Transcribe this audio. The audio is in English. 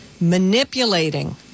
manipulating